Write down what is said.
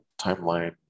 timeline